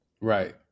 Right